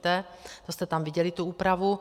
To jste tam viděli, tu úpravu.